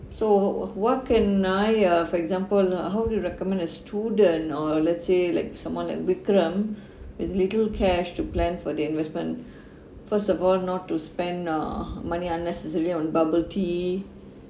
so what can I uh for example uh how do you recommend a student or let's say like someone like vikram with little cash to plan for the investment first of all not to spend uh money unnecessarily on bubble tea